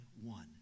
one